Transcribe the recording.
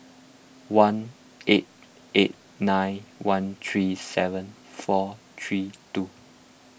one eight eight nine one three seven four three two